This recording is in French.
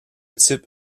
type